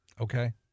Okay